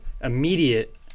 immediate